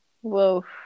Whoa